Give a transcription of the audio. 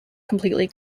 completely